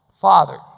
Father